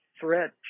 threat